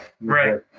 right